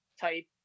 type